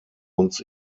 uns